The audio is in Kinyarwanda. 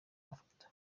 mafoto